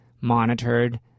monitored